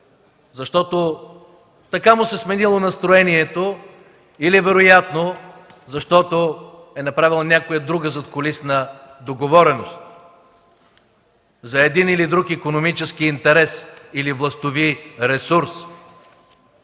защото така му се сменило настроението, или вероятно защото е направил някоя друга задкулисна договореност за един или друг икономически интерес или властови ресурс.